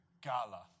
gala